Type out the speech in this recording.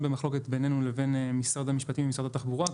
במחלוקת בינינו לבין משרד המשפטים ומשרד התחבורה.